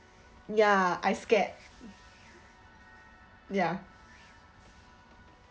ya I scared ya